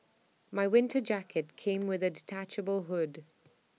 my winter jacket came with A detachable hood